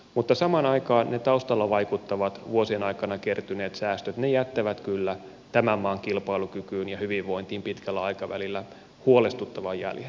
mutta samaan aikaan ne taustalla vaikuttavat vuosien aikana kertyneet säästöt jättävät kyllä tämän maan kilpailukykyyn ja hyvinvointiin pitkällä aikavälillä huolestuttavan jäljen